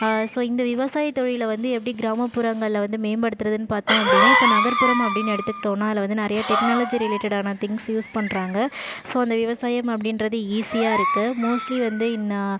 so இந்த விவசாய தொழிலை வந்து எப்படி கிராமப்புறங்களில் வந்து மேம்படுத்துவதுனு பார்த்தோம் அப்படினா இப்போ நகர்புறம் அப்படினு எடுத்துகிட்டோம்னா அதில் வந்து நிறைய டெக்னலாஜி ரிலேட்டடான திங்ஸ் யூஸ் பண்ணுறாங்க ஸோ அந்த விவசாயம் அப்படின்றது ஈஸியாக இருக்கு மோஸ்ட்லீ வந்து இன்னா